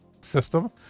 system